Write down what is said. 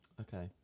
Okay